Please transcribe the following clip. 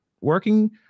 working